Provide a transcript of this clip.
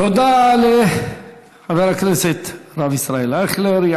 תודה לחבר הכנסת הרב ישראל אייכלר.